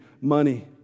money